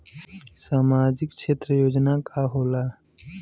सामाजिक क्षेत्र योजना का होला?